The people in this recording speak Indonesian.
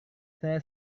saya